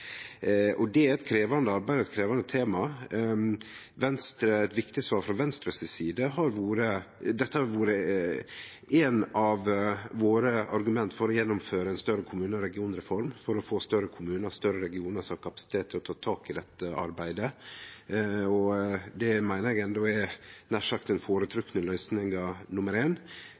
Det er eit krevjande arbeid og eit krevjande tema. Dette har vore eit av Venstre sine argument for å gjennomføre ein større kommune- og regionreform, for å få større kommunar og større regionar som har kapasitet til å ta tak i dette arbeidet, og det meiner eg endå er nær sagt den føretrekte løysinga nummer éin. Ein